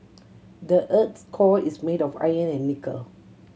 the earth's core is made of iron and nickel